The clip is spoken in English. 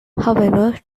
however